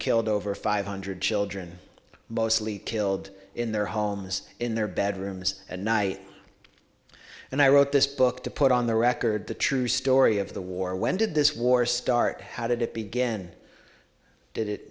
killed over five hundred children mostly killed in their homes in their bedrooms and night and i wrote this book to put on the record the true story of the war when did this war start how did it begin did it